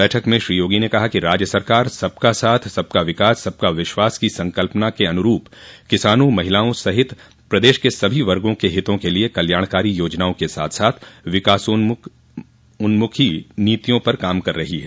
बैठक में श्री योगी ने कहा कि राज्य सरकार सबका साथ सबका विकास सबका विश्वास की संकल्पना के अनुरूप किसानों महिलाओं सहित प्रदेश के सभी वर्गो के हितों के लिए कल्याणकारी योजनाओं के साथ साथ विकासोन्मुखी नीतियों पर काम कर रही है